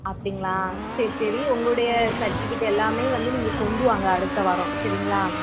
அப்படிங்களா சரி சரி உங்களுடைய சர்ட்டிவிக்கெட் எல்லாமே வந்து நீங்கள் கொண்டு வாங்க அடுத்த வாரம் சரிங்களா